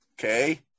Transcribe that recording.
Okay